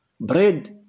bread